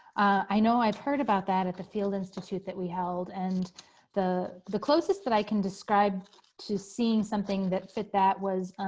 i know i've heard about that at the field institute that we held and the the closest that i can describe to seeing something that fit that was